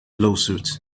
lawsuits